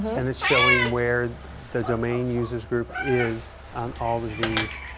and it's showing where the domain users group is on all of these